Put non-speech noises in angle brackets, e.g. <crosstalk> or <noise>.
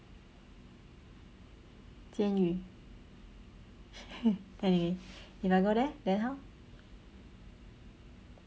监狱 <laughs> anyway if I go there then how